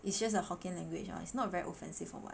it's just a Hokkien language lor it's not very offensive [one] [what]